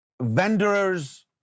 vendors